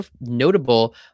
notable